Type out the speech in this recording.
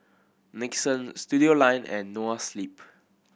Nixon Studioline and Noa Sleep